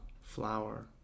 flower